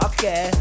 Okay